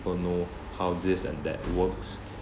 how this and that works